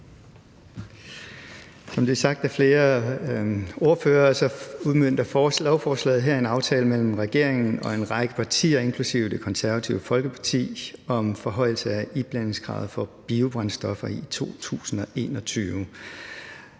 flere ordførere, udmønter lovforslaget her en aftale mellem regeringen og en række partier inklusive Det Konservative Folkeparti om forhøjelse af iblandingskravet for biobrændstoffer til